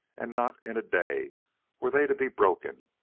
and not in a day were they to be broken,